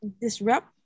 disrupt